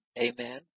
Amen